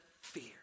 fear